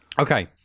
okay